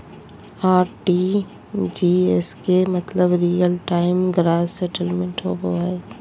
RTGS के मतलब real time gross settlement होबो हय